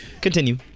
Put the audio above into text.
Continue